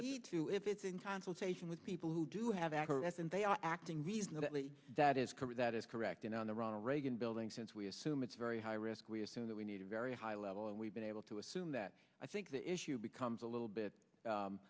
have to if it's in consultation with people who do have access and they are acting reasonably that is correct that is correct and on the ronald reagan building since we assume it's very high risk we assume that we need a very high level and we've been able to assume that i think the issue becomes a little bit